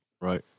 Right